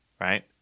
right